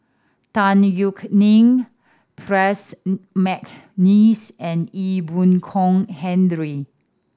Tan Yeok Nee Percy McNeice and Ee Boon Kong Henry